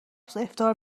افطار